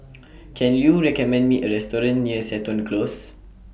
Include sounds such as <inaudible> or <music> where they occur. <noise> Can YOU recommend Me A Restaurant near Seton Close